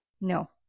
No